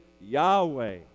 Yahweh